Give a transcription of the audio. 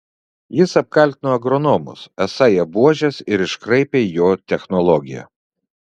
jis apkaltino agronomus esą jie buožės ir iškraipę jo technologiją